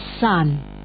sun